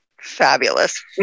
Fabulous